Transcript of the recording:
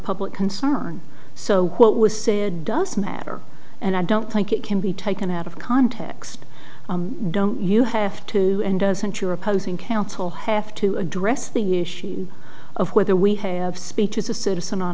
public concern so what was said does matter and i don't think it can be taken out of context don't you have to and doesn't your opposing counsel have to address the issue of whether we have speech is a citizen